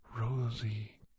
rosy